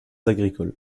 agricoles